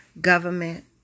government